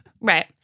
Right